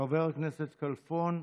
חבר הכנסת כלפון,